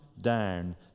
down